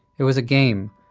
it was a game,